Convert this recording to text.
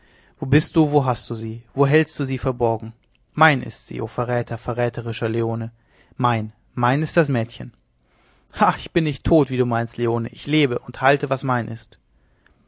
wo bist du wo hast du sie wo hältst du sie verborgen mein ist sie o verräter verräterischer leone mein mein ist das mädchen hahaha ich bin nicht tot wie du meinst leone ich lebe und halte was mein ist